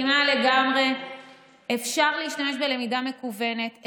אפשר להשתמש בלמידה מקוונת,